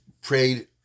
prayed